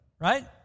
right